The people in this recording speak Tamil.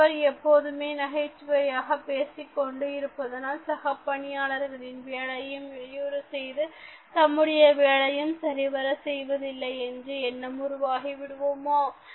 இந்த நபர் எப்பொழுதுமே நகைச்சுவையாக பேசிக்கொண்டு இருப்பதினால் சக பணியாளர்களின் வேலையையும் இடையூறு செய்து தம்முடைய வேலையையும் சரிவர செய்வதில்லை என்ற எண்ணம்உருவாகிவிடுமா